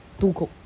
two coke